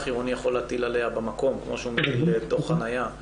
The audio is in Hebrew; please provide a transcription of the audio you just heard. עירוני יכול להטיל במקום כמו שהוא מטיל בדוח חניה,